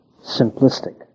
simplistic